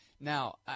Now